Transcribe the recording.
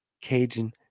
Cajun